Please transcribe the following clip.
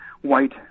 white